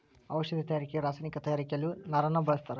ಔಷದಿ ತಯಾರಿಕೆ ರಸಾಯನಿಕ ತಯಾರಿಕೆಯಲ್ಲಿಯು ನಾರನ್ನ ಬಳಸ್ತಾರ